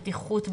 בטיחות במעון,